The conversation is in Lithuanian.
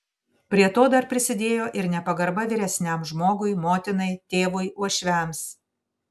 prie to dar prisidėjo ir nepagarba vyresniam žmogui motinai tėvui uošviams